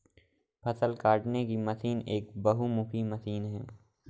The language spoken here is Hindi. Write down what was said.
फ़सल काटने की मशीन एक बहुमुखी मशीन है